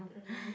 mmhmm